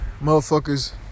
motherfuckers